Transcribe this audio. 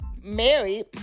married